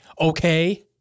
Okay